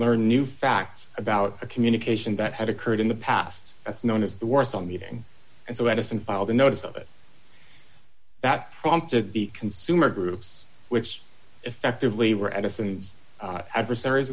learned new facts about a communication that had occurred in the past that's known as the worse on the evening and so edison filed a notice of it that prompted the consumer groups which effectively were edison's adversaries